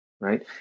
right